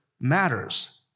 matters